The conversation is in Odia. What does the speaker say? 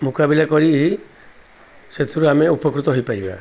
ମୁକାବିଲା କରି ସେଥିରୁ ଆମେ ଉପକୃତ ହେଇପାରିବା